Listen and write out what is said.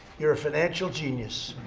you're a financial genius.